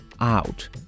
out